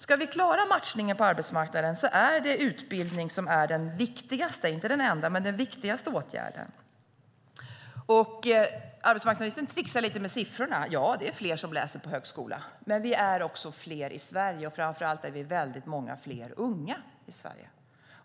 Ska vi klara matchningen på arbetsmarknaden är det utbildning som är inte den enda men den viktigaste åtgärden. Arbetsmarknadsministern tricksar lite med siffrorna. Ja, det är fler som läser på högskola, men vi är också fler i Sverige. Framför allt är vi väldigt många fler unga i Sverige.